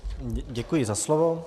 Děkuji za slovo.